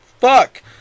Fuck